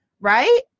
right